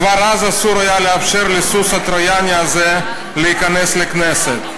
כבר אז אסור היה לאפשר לסוס הטרויאני הזה להיכנס לכנסת,